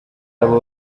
abo